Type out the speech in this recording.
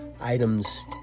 items